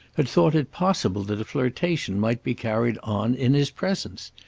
had thought it possible that a flirtation might be carried on in his presence!